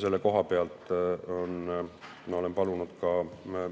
Selle kohta ma olen palunud